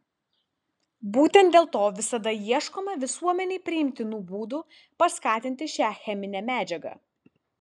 būtent dėl to visada ieškome visuomenei priimtinų būdų paskatinti šią cheminę medžiagą